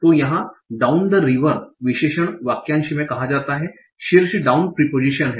तो यहा down the river विशेषण वाक्यांश में कहा जाता है शीर्ष डाउन प्रिपोजीशन है